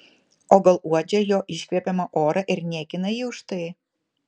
o gal uodžia jo iškvepiamą orą ir niekina jį už tai